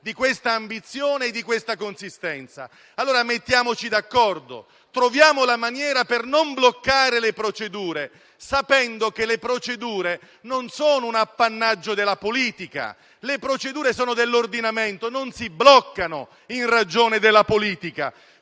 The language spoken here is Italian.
di questa ambizione e di questa consistenza. Mettiamoci d'accordo, allora, troviamo la maniera per non bloccare le procedure, sapendo che le procedure non sono un appannaggio della politica. Le procedure sono dell'ordinamento, non si bloccano in ragione della politica.